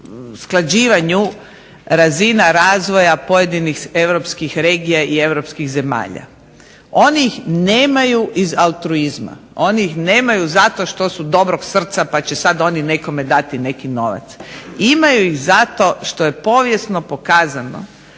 usklađivanju razina razvoja pojedinih europskih regija i europskih zemalja. Oni ih nemaju iz altruizma. Oni ih nemaju zato što su dobrog srca pa će sad oni nekome dati neki novac. Imaju ih zato što je povijesno pokazano